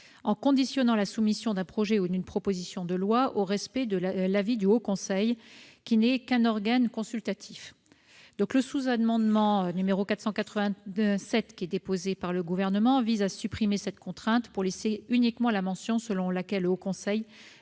en conditionnant la soumission d'un projet ou d'une proposition de loi au respect de l'avis du Haut Conseil pour le climat, qui n'est qu'un organe consultatif. Le sous-amendement n° 487 du Gouvernement, quant à lui, vise à supprimer cette contrainte pour conserver uniquement la mention selon laquelle le Haut Conseil